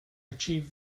achieve